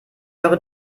eure